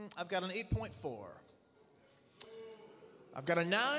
s i've got an eight point four i've got to now